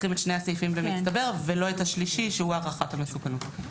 צריכים את שני הסעיפים במצטבר ולא את השלישי שהוא הערכת המסוכנות,